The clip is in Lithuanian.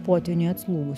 potvyniui atslūgus